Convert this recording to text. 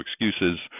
excuses